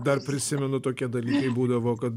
dar prisimenu tokie dalykai būdavo kad